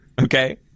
Okay